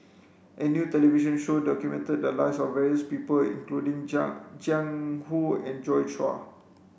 a new television show documented the lives of various people including Jiang Jiang Hu and Joi Chua